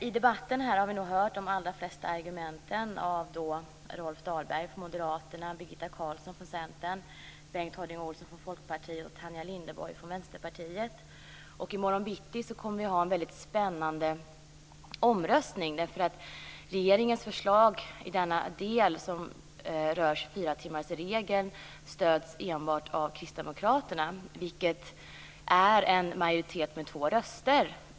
I debatten här har vi nog hört de allra flesta argumenten av Rolf Dahlberg från Moderaterna, Birgitta I morgon bitti kommer vi att få en väldigt spännande omröstning, därför att regeringens förslag i den del som rör 24-timmarsregeln stöds enbart av Kristdemokraterna, vilket innebär en majoritet med två röster.